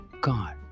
God